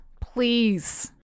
please